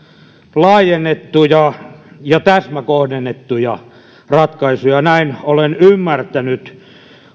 laajennettuja ja täsmäkohdennettuja ratkaisuja näin olen ymmärtänyt